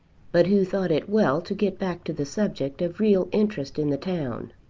but who thought it well to get back to the subject of real interest in the town.